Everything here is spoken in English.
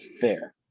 fair